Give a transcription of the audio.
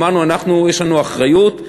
אמרנו שיש לנו אחריות,